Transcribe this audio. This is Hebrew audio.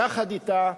יחד אתה,